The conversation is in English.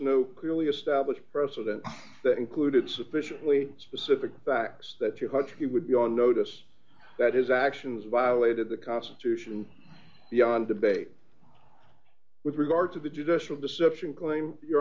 no clearly established precedent that included sufficiently specific facts that your hunch he would be on notice that his actions violated the constitution beyond debate with regard to the judicial deception claim your